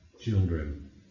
children